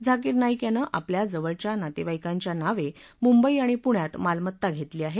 झाकीर नाईक यानं आपल्या जवळच्या नातेवाईकांच्या नावे मुंबई आणि पुण्यात मालमत्ता घेतली आहे